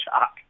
shock